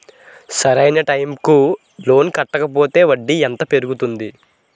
సరి అయినా టైం కి లోన్ కట్టకపోతే వడ్డీ ఎంత పెరుగుతుంది?